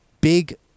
big